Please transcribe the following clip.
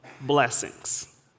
blessings